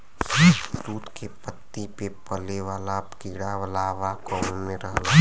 शहतूत के पत्ती पे पले वाला कीड़ा लार्वा कोकून में रहला